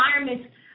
environments